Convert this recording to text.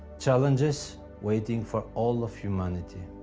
challenges waiting for all of humanity.